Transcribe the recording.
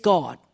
God